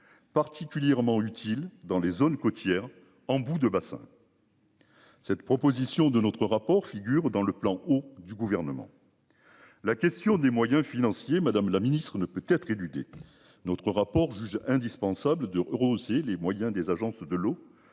particulièrement utile dans les zones côtières en bout de bassin. Cette proposition de notre rapport figurent dans le plan eau du gouvernement. La question des moyens financiers Madame la Ministre ne peut être éludée. Notre rapport juge indispensable de euros aussi les moyens des agences de l'eau